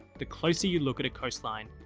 the closer you look at a coastline,